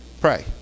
Pray